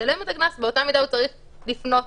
לשלם את הקנס, באותה מידה הוא צריך לפנות